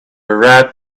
write